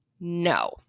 no